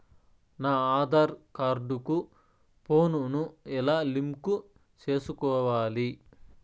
నా ఆధార్ కార్డు కు ఫోను ను ఎలా లింకు సేసుకోవాలి?